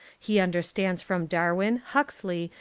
he understands from darwin, huxley,